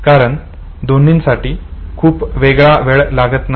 कारण दोन्हींसाठी ही खूप वेगळा वेळ लागत नाही